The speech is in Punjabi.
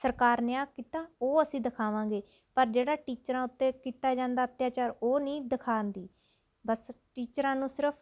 ਸਰਕਾਰ ਨੇ ਆਹ ਕੀਤਾ ਉਹ ਅਸੀਂ ਦਿਖਾਵਾਂਗੇ ਪਰ ਜਿਹੜਾ ਟੀਚਰਾਂ ਉੱਤੇ ਕੀਤਾ ਜਾਂਦਾ ਅੱਤਿਆਚਾਰ ਉਹ ਨਹੀਂ ਦਿਖਾਉਂਦੀ ਬਸ ਟੀਚਰਾਂ ਨੂੰ ਸਿਰਫ਼